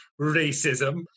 racism